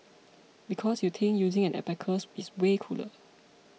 because you think using an abacus is way cooler